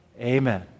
Amen